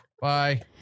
Bye